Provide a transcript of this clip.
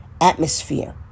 atmosphere